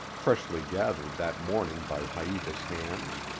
freshly gathered that morning by haita's hands,